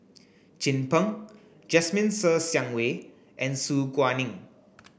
Chin Peng Jasmine Ser Xiang Wei and Su Guaning